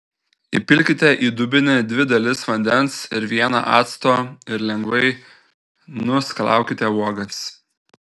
įpilkite į dubenį dvi dalis vandens ir vieną acto ir lengvai nuskalaukite uogas